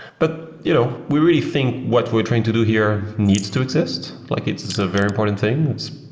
but you know we really think what we're trying to do here needs to exist. like it's it's a very important thing.